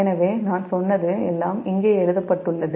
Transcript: எனவே நான் சொன்னது எல்லாம் இங்கே எழுதப்பட்டுள்ளது